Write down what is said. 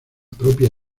propia